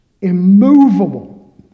immovable